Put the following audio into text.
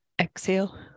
Exhale